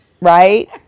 Right